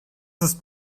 ist